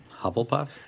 Hufflepuff